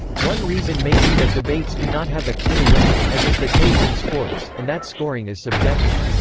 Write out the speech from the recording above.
one reason may be that debates do not have a clear winner, as is the case in sports, and that scoring is subjective.